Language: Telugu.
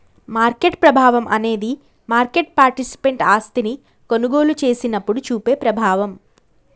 మార్కెట్ ప్రభావం అనేది మార్కెట్ పార్టిసిపెంట్ ఆస్తిని కొనుగోలు చేసినప్పుడు చూపే ప్రభావం